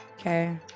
okay